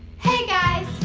hey, guys,